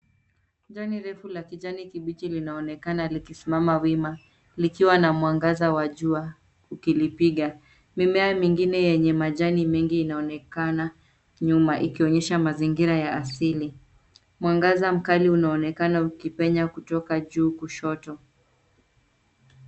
Jani refu la kijani kibichi linaonekana likisimama wima likiwa na mwangaza wa jua ukilipiga, mimea mingine yenye majani mengi inaonekana nyuma ikionyesha mazingira ya asili. Mwangaza mkali unaonekana ukipenya kutoka juu kushoto.